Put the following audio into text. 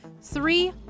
Three